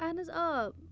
اَہَن آ